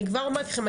אני כבר אומרת לכם,